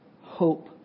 hope